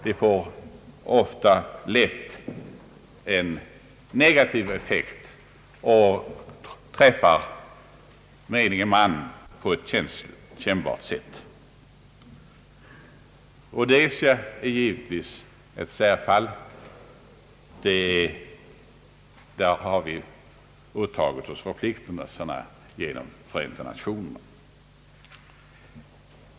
De får ofta lätt en negativ effekt och träffar menige man på ett kännbart sätt. När det gäller bojkotter är Rhodesia givetvis ett särfall. Där har vi påtagit oss förpliktelser genom Förenta Nationerna.